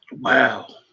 Wow